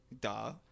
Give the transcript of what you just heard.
duh